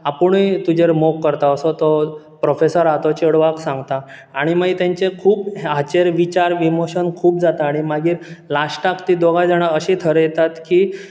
आपुणूय तुजेर मोग करता असो तो प्रोफेसर आहा तो चेडवाक सांगता आनी मागीर तेंचे खूब हाचेर विचार विमोशन खूब जाता आनी मागीर लास्टाक ते दोगांय जाणां अशीं थरयतात की